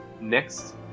Next